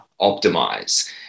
optimize